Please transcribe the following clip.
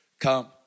Come